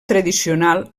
tradicional